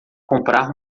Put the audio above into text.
comprar